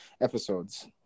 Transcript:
episodes